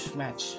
match